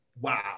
Wow